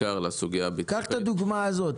קח את הדוגמה הזאת.